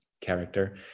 character